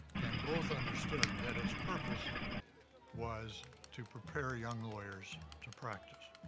and both understood that its purpose was to prepare young lawyers to practice.